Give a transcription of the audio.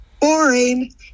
boring